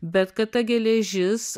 bet kad ta geležis